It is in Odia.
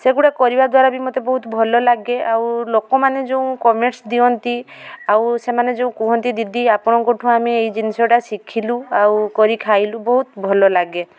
ସେଗୁଡ଼ିକ କରିବା ଦ୍ୱାରା ବି ମତେ ବହୁତ ଭଲ ଲାଗେ ଆଉ ଲୋକମାନେ ଯେଉଁ କମେଣ୍ଟସ୍ ଦିଅନ୍ତି ଆଉ ସେମାନେ ଯେଉଁ କୁହନ୍ତି ଦିଦି ଆପଣଠୁ ଆମେ ଏହି ଜିନିଷଟା ଶିଖିଲୁ ଆଉ କରି ଖାଇଲୁ ବହୁତ ଭଲ ଲାଗେ